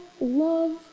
love